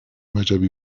وجبی